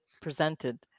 presented